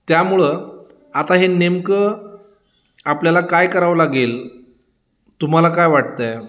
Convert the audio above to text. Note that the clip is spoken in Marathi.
त्यामुळं आता हे नेमकं आपल्याला काय करावं लागेल तुम्हाला काय वाटत आहे